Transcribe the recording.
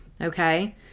okay